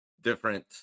different